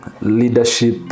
leadership